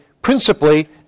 principally